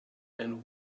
and